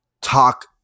talk